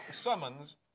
summons